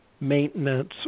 maintenance